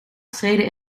streden